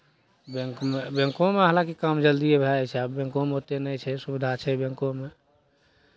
बैंकमे बैंकोमे हालाँकि काम जल्दिए भए जाइ छै आब बैंकोमे ओतेक नहि छै सुविधा छै बैंकोमे